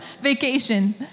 vacation